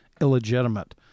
illegitimate